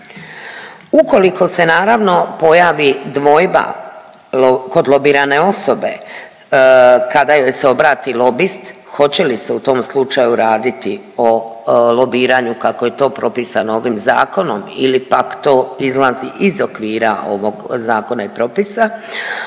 Ukoliko se naravno pojavi dvojba kod lobirane osobe kada joj se obrati lobist hoće li se u tom slučaju raditi o lobiranju kako je to propisano ovim zakonom ili pak to izlazi iz okvira ovog zakona i propisa,